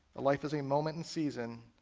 a life is a moment in season,